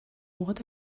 what